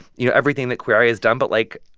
you know, everything that queer eye has done but, like,